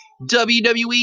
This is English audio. WWE